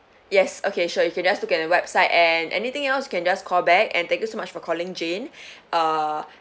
yes okay sure you can just look at our website and anything else you can just call back and thank you so much for calling jane